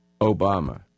Obama